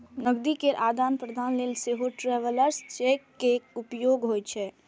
नकदी केर आदान प्रदान लेल सेहो ट्रैवलर्स चेक के उपयोग होइ छै